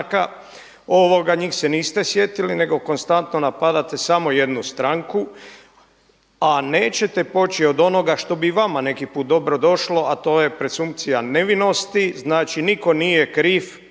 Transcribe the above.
njih se niste sjetili nego konstantno napadate samo jednu stranku, a nećete poći od onoga što bi i vama neki put dobro došlo, a to je presumpcija nevinosti znači nitko nije kriv